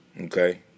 Okay